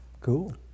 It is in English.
Cool